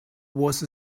was